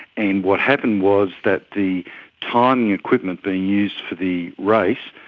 and what happened was that the timing equipment being used for the race,